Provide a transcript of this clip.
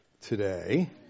today